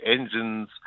engines